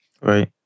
Right